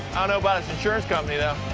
know about his insurance company, though.